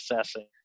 assessing